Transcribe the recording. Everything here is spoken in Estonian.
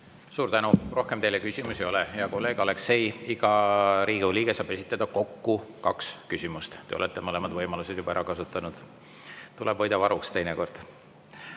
Suur tänu! Rohkem teile küsimusi ei ole. Hea kolleeg Aleksei, iga Riigikogu liige saab esitada kokku kaks küsimust. Te olete mõlemad võimalused juba ära kasutanud. Tuleb teinekord